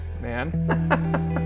man